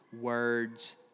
words